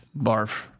Barf